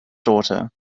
daughter